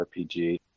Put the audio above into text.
RPG